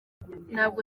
ntabwo